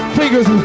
fingers